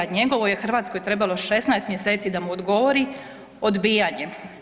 Njegovoj je Hrvatskoj trebalo 16 mjeseci da mu odgovori odbijanjem.